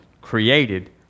created